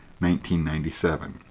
1997